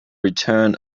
return